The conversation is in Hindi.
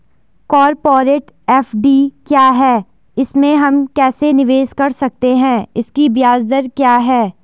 कॉरपोरेट एफ.डी क्या है इसमें हम कैसे निवेश कर सकते हैं इसकी ब्याज दर क्या है?